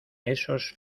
esos